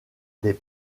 des